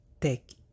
take